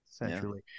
essentially